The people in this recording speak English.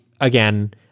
again